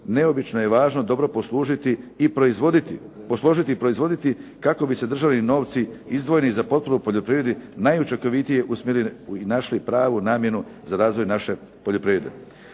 proizvoditi, posložiti i proizvoditi kako bi se državni novci izdvojeni za potporu u poljoprivredi najučinkovitije usmjerili i našli pravu namjenu za razvoj naše poljoprivrede.